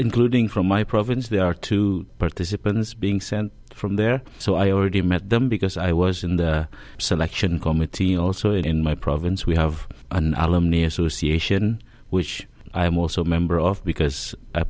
including from my province there are two participants being sent from there so i already met them because i was in the selection committee also in my province we have an alum near susi ition which i am also a member of because i